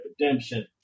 Redemption